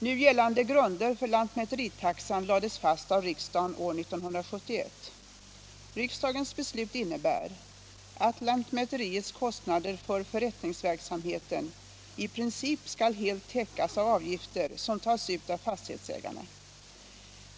Nu gällande grunder för lantmäteritaxan lades fast av riksdagen år 1971 . Riksdagens beslut innebär att lantmäteriets kostnader för förrättningsverksamheten i princip skall helt täckas av avgifter som tas ut av fastighetsägarna.